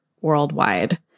worldwide